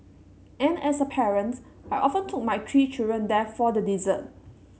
and as a parent I often took my three children there for the dessert